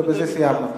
ובזה סיימנו.